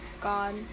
God